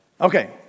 Okay